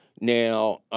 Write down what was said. Now